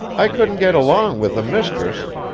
i couldn't get along with a mistress,